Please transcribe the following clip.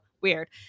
weird